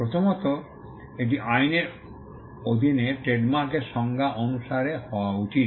প্রথমত এটি আইনের অধীনে ট্রেডমার্কের সংজ্ঞা অনুসারে হওয়া উচিত